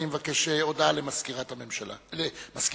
אנחנו מבינים את הסכמתה של האופוזיציה שלא לקיים הצעות אי-אמון בממשלה.